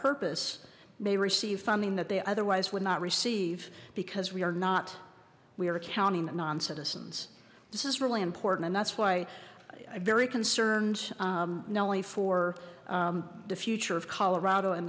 purpose they receive funding that they otherwise would not receive because we are not we are accounting non citizens this is really important and that's why very concerned not only for the future of colorado in